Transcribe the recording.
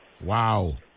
wow